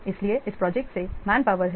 इसलिए इस प्रोजेक्ट से मेन पावर हैं